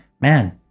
man